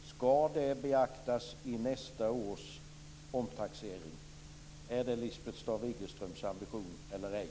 Ska det beaktas vid nästa års omtaxering? Är det Lisbeth Staaf-Igelströms ambition eller ej?